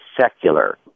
secular